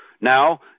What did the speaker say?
now